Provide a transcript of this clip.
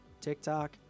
TikTok